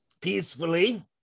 peacefully